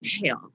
tail